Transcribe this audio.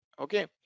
okay